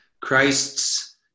Christ's